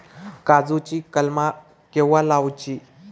काजुची कलमा केव्हा लावची?